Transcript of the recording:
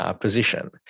position